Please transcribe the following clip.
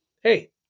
hey